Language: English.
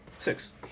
Six